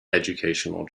educational